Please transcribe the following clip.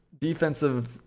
defensive